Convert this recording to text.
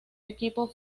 equipo